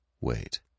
Wait